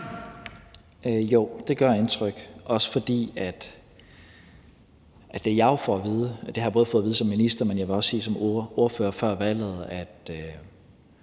Jo, det gør indtryk, også fordi det, jeg jo får at vide – og det har jeg både fået at vide som minister, men jeg vil også sige som ordfører før valget